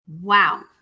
Wow